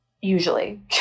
usually